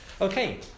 Okay